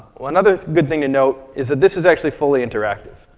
one other good thing to note is that this is actually fully interactive.